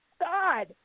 God